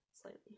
slightly